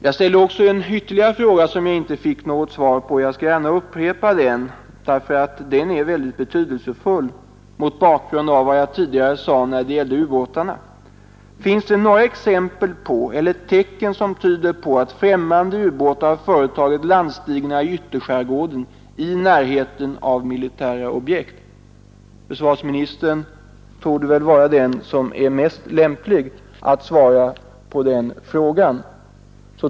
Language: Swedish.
Jag ställde också en ytterligare fråga som jag inte fick något svar på — jag skall gärna upprepa den, ty den är mycket betydelsefull mot bakgrunden av vad jag tidigare sade när det gällde ubåtarna. Frågan är: Finns det några exempel på eller tecken som tyder på att det från främmande ubåtar har företagits landstigningar i ytterskärgården i närheten av militära objekt? Försvarsministern torde väl vara den som är mest lämplig att svara på denna fråga.